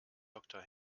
doktor